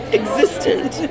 existent